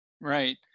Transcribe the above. right